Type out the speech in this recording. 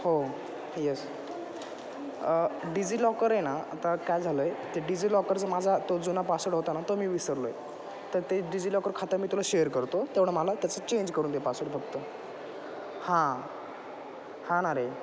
हो yes DigiLocker आहे ना आता काय झालं आहे ते डिजिलॉकरचा माझा तो जुना पासवर्ड होता ना तो मी विसरलो आहे तर ते डिझीलॉकर खातं मी तुला शेअर करतो तेवढं मला त्याचं चेंज करून दे पासवर्ड फक्त हां हां ना रे